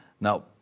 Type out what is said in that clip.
Now